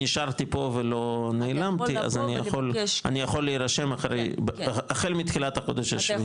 ונשארתי פה ולא נעלמתי אז אני יכול להירשם החל מתחילת החודש השביעי.